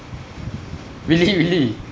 really really